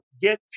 get